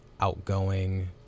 outgoing